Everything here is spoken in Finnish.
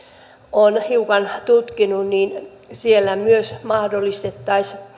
olen hiukan tutkinut siellä myös mahdollistettaisiin